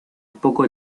poco